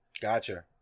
Gotcha